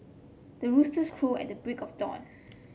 the roosters crow at the break of dawn